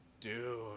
Dude